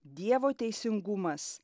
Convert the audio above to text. dievo teisingumas